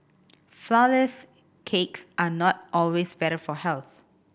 flourless cakes are not always better for health